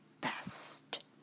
best